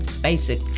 basic